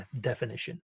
definition